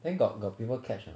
then got got people catch or not